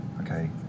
okay